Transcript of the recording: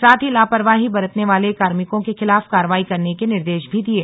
साथ ही लापरवाही बरतने वाले कार्मिकों के खिलाफ कार्रवाई करने के निर्देश भी दिये